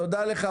תודה לך,